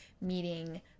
meeting